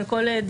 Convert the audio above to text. על כל דיון,